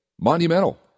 Monumental